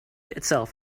itself